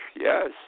yes